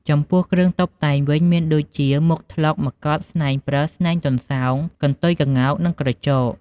ចំពោះគ្រឿងតុបតែងវិញមានដូចជា មុខត្លុក មកុដ ស្នែងប្រើស ស្នែងទន្សោង កន្ទុយក្ងោក និងក្រចក។